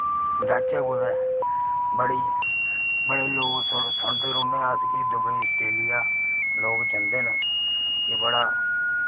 जाह्चै कुतै बड़ी बड़े लोक सुन सुनदे रौह्न्ने अस के दुबई आस्ट्रेलिया जंदे न के बड़ा